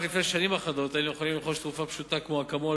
רק לפני שנים אחדות היינו יכולים לרכוש תרופה פשוטה כמו "אקמול"